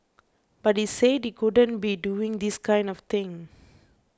but he said he couldn't be doing this kind of thing